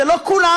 זה לא כולנו.